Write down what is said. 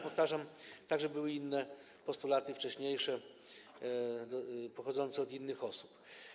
Powtarzam, że były także inne postulaty, wcześniejsze, pochodzące od innych osób.